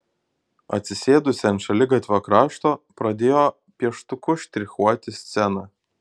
atsisėdusi ant šaligatvio krašto pradėjo pieštuku štrichuoti sceną